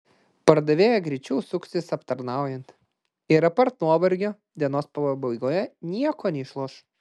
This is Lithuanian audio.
padavėja greičiau suksis aptarnaujant ir apart nuovargio dienos pabaigoje nieko neišloš